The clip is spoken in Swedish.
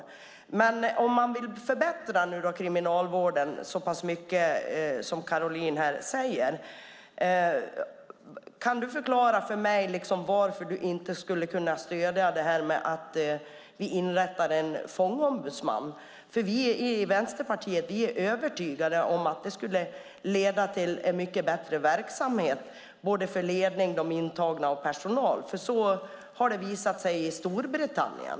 Om man nu vill förbättra kriminalvården så pass mycket som Caroline säger, kan du förklara för mig varför du inte skulle kunna stödja att vi inrättar en fångombudsman? Vi i Vänsterpartiet är övertygade om att det skulle leda till en mycket bättre verksamhet för ledning, de intagna och personalen. Så har det visat sig i Storbritannien.